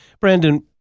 Brandon